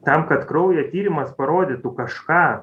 tam kad kraujo tyrimas parodytų kažką